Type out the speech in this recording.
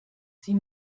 sie